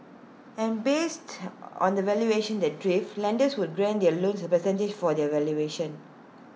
and based on the valuation that derived lenders would grant their loan as A percentage for that valuation